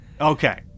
Okay